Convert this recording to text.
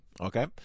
Okay